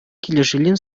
килӗшӳллӗн